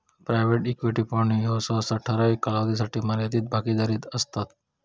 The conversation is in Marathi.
प्रायव्हेट इक्विटी फंड ह्ये सहसा ठराविक कालावधीसाठी मर्यादित भागीदारीत असतत